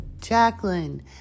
Jacqueline